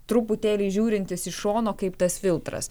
truputėlį žiūrintis iš šono kaip tas filtras